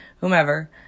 whomever